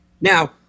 Now